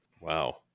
Wow